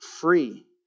free